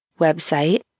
website